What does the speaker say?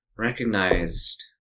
recognized